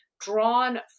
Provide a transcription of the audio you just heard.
drawn